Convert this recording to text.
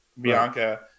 Bianca